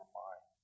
mind